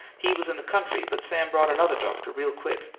he was in the country but sam brought another doctor real quick,